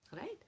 Right